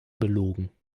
belogen